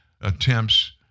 attempts